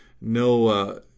no